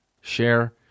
Share